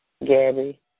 Gabby